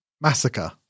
Massacre